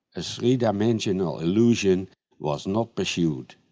a three-dimensional illusion was not persued,